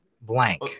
Blank